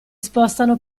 spostano